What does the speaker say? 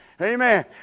Amen